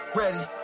ready